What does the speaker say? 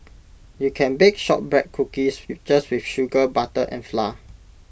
you can bake Shortbread Cookies just with sugar butter and flour